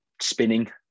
spinning